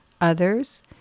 Others